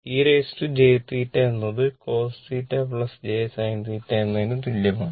e jθ എന്നത് cos θ j sin θ എന്നതിന് തുല്യമാണ്